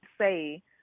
say